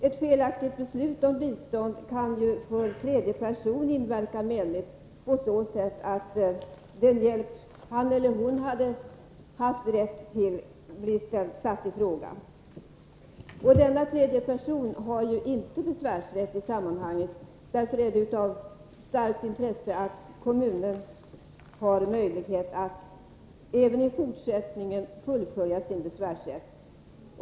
Ett felaktigt beslut om bistånd kan för tredje person inverka menligt på så sätt att det han eller hon hade haft rätt till sätts i fråga. Denna tredje person har inte besvärsrätt i sammanhanget, och därför är det av starkt intresse att kommunen har möjlighet att även i fortsättningen fullfölja sin besvärsrätt.